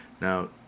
now